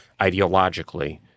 ideologically